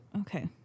Okay